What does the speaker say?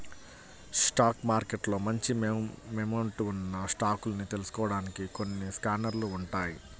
stock మార్కెట్లో మంచి momentum ఉన్న స్టాకుల్ని తెలుసుకోడానికి కొన్ని స్కానర్లు ఉంటాయ్